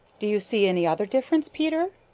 do you see any other difference, peter?